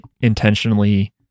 intentionally